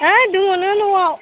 है दङनो न'आव